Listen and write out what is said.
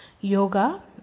yoga